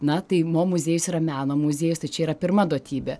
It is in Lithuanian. na tai mo muziejus yra meno muziejus tai čia yra pirma duotybė